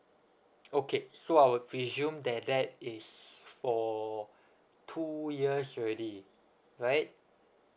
okay so I'll presume that that is for two years already right